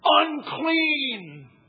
Unclean